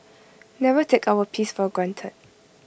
never take our peace for granted